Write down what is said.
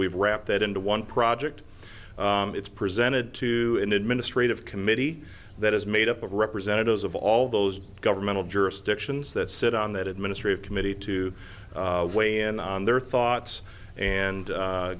we've wrapped that into one project it's presented to in administrative committee that is made up of representatives of all those governmental jurisdictions that sit on that administrative committee to weigh in on their thoughts and